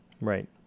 Right